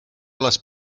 les